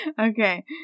okay